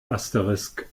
asterisk